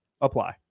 apply